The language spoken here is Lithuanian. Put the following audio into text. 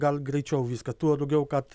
gal greičiau viską tuo daugiau kad